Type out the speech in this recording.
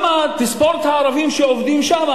תספור את הערבים שעובדים שם.